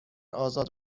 آزاد